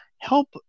help